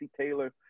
Taylor